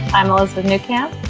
i'm on the new camp.